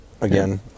again